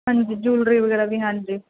ਹਾਂਜੀ ਜੂਲਰੀ ਵਗੈਰਾ ਵੀ ਹਾਂਜੀ